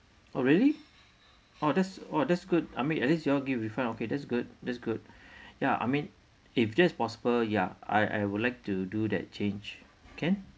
oh really orh that's orh that's good I mean at least you all give refund okay that's good that's good ya I mean if just possible ya I I would like to do that change can